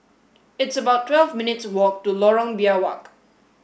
it's about twelve minutes' walk to Lorong Biawak